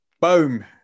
Boom